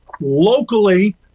locally